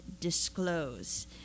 disclose